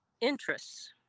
interests